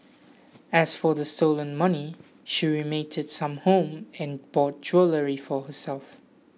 as for the stolen money she remitted some home and bought jewellery for herself